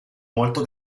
molto